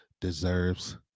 deserves